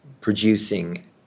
producing